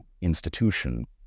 institution